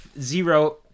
zero